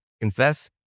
confess